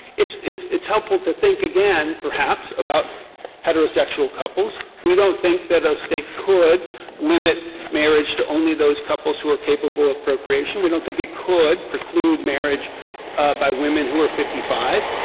it's it's it's helpful to think again, perhaps, about heterosexual couples. we don't think that a state could limit marriage to only those couples who are capable of procreation. we don't think it could preclude marriage by women who are fifty five,